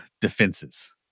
defenses